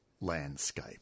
landscape